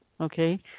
Okay